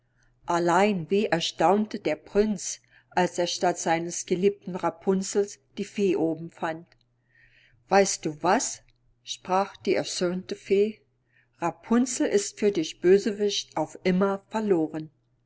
allein wie erstaunte der prinz als er statt seines geliebten rapunzels die fee oben fand weißt du was sprach die erzürnte fee rapunzel ist für dich bösewicht auf immer verloren